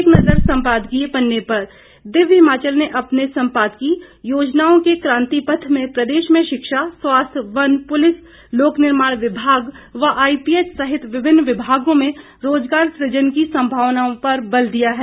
एक नजर संपादकीय पन्ने पर दिव्य हिमाचल ने अपने संपादकीय योजनाओं के कांति पथ में प्रदेश में शिक्षा स्वास्थ्य वन पुलिस लोक निर्माण विभाग व आईपीएच सहित विभिन्न विभागों में रोजगार सृजन की संभावनाओं पर बल दिया है